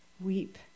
weep